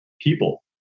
people